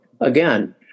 again